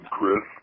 Chris